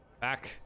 back